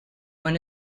when